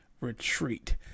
retreat